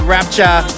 Rapture